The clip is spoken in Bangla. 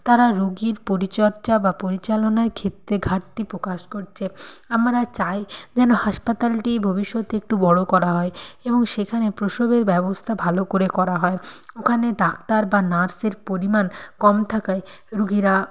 তারা রুগীর পরিচর্যা বা পরিচালনার ক্ষেত্রে ঘাটতি প্রকাশ করছে আমরা চাই যেন হাসপাতালটি ভবিষ্যতে একটু বড়ো করা হয় এবং সেখানে প্রসবের ব্যবস্থা ভালো করে করা হয় ওখানে ডাক্তার বা নার্সের পরিমাণ কম থাকায় রুগীরা